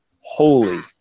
holy